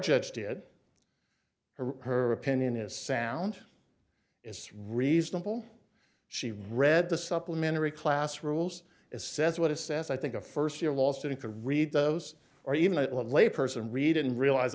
judge did her opinion is sound it's reasonable she read the supplementary class rules it says what it says i think a first year law student to read those or even a lay person read and realize